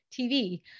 TV